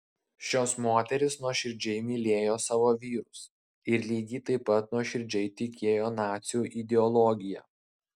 šios moterys nuoširdžiai mylėjo savo vyrus ir lygiai taip pat nuoširdžiai tikėjo nacių ideologija